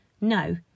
No